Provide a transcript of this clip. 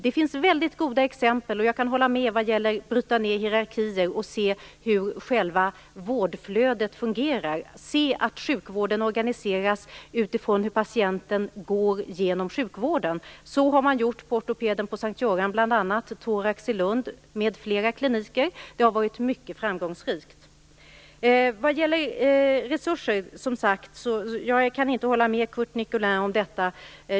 Det finns väldigt goda exempel. Jag kan hålla med om att man skall bryta ned hierarkier, se hur själva vårdflödet fungerar och se till att sjukvården organiseras utifrån hur patienten går genom sjukvården. Så har man bl.a. gjort på ortopeden på S:t Göran, thorax i Lund, m.fl. kliniker, och det har varit mycket framgångsrikt. Vad gäller resurser kan jag inte hålla med Curt Nicolin om detta.